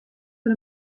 dêr